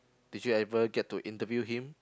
did you able get to interview him